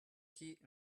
heat